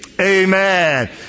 amen